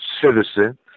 citizen